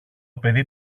παιδί